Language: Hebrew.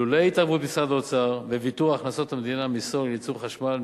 לולא התערבות משרד האוצר וויתור הכנסות המדינה מסולר לייצור חשמל,